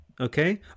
okay